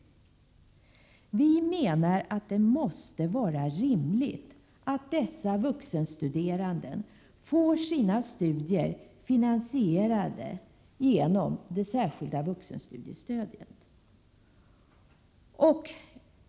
Vpk menar att det är rimligt att dessa vuxenstuderande får sina studier finansierade genom det särskilda vuxenstudiestödet.